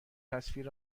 تصویر